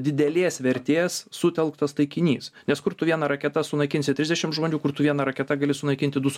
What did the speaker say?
didelės vertės sutelktas taikinys nes kur tu viena raketa sunaikinsi trisdešim žmonių kur tu viena raketa gali sunaikinti du su